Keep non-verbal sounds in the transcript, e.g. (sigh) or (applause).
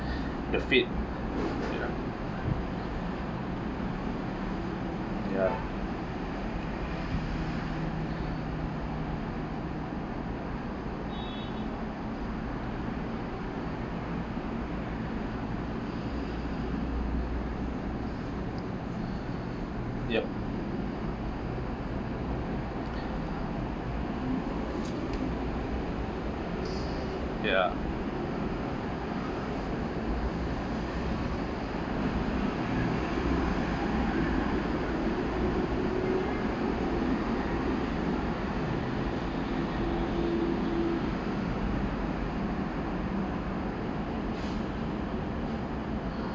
(breath) the fate ya yup ya